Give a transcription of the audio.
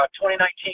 2019